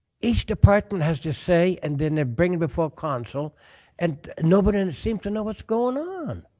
each department has to say and then ah bring before council and nobody seems to know what's going on.